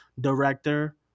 director